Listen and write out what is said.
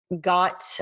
got